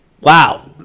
Wow